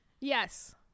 Yes